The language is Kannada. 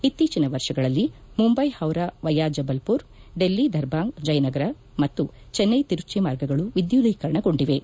ಇತ್ತೀಚನ ವರ್ಷಗಳಲ್ಲಿ ಮುಂಬೈ ಪೌರಾ ವಯಾ ಜಬ್ಬಲ್ಮರ್ ಡೆಲ್ಲಿ ದರ್ಭಾಂಗ ಜಯನಗರ ಮತ್ತು ಚೆನ್ನೈ ತಿರುಚ್ಚ ಮಾರ್ಗಗಳುವಿದ್ಯುದ್ದೀಕರಣಗೊಂಡಿವೆ